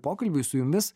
pokalbiui su jumis